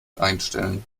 einstellen